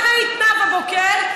מה ראית, נאוה בוקר?